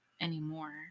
anymore